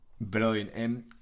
Brilliant